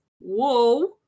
whoa